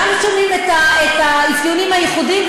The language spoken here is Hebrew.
גם שומרים את האפיונים הייחודיים,